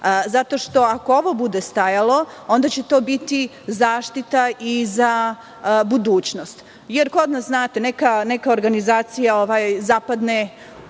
zato što, ako ovo bude stajalo, onda će to biti zaštita i za budućnost. Jer kod nas, znate, neka organizacija zapadne,